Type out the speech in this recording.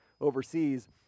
overseas